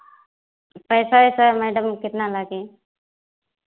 पैसा वैसा मैडम कितना लागी